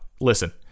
listen